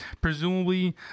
presumably